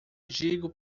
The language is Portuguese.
digo